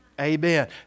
Amen